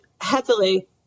heavily